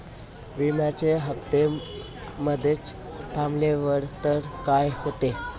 विम्याचे हफ्ते मधेच थांबवले तर काय होते?